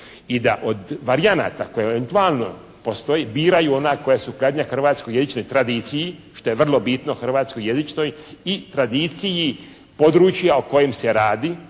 i da od varijanata koje eventualno postoji, biraju ona koja su …/Govornik se ne razumije./… tradiciji, što je vrlo bitno hrvatskoj jezičnoj i tradiciji područja o kojem se radi,